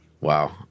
Wow